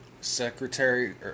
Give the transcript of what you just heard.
Secretary